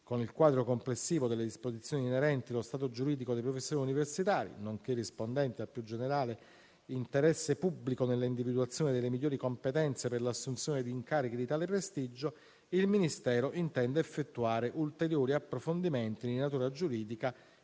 con il quadro complessivo delle disposizioni inerenti lo stato giuridico dei professori universitari, nonché rispondenti al più generale interesse pubblico all'individuazione delle migliori competenze per l'assunzione di incarichi di tale prestigio, il Ministero intende effettuare ulteriori approfondimenti di natura giuridica